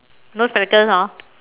no spectacles hor